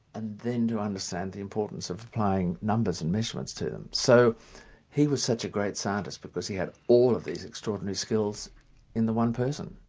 and then to understand the importance of applying numbers and measurements to them. so he was such a great scientist because he had all of these extraordinary skills in the one person.